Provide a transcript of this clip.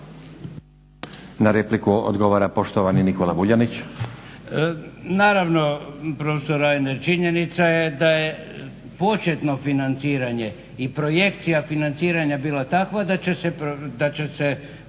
Na repliku odgovara poštovani Nikola Vuljanić.